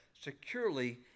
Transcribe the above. securely